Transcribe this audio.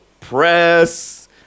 press